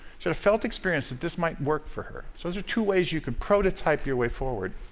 she had a felt experience that this might work for her. so these are two ways you can prototype your way forward.